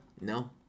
No